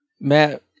Matt